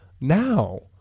now